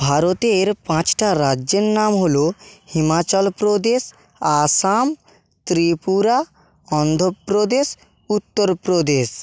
ভারতের পাঁচটা রাজ্যের নাম হলো হিমাচল প্রদেশ আসাম ত্রিপুরা অন্ধপ্রদেশ উত্তর প্রদেশ